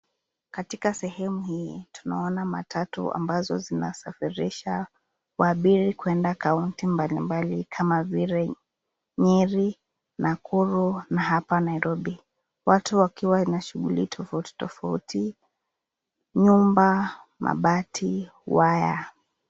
Katika sehemu hii, tunaona matatu zinazosafirisha waabiri kwenda kaunti mbalimbali, kama vile, Nyeri, Nakuru, na hapa Nairobi. Watu wakiwa na shughuli tofauti tofauti, nyumba, mabati, waya.